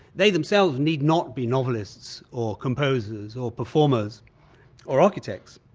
they themselves need not be novelists or composers or performers or architects,